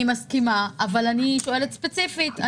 אני מסכימה, אבל אני שואלת ספציפית.